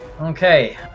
Okay